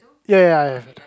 ya ya ya